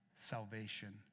salvation